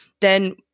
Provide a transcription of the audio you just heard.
then-